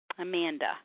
Amanda